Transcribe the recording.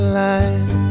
line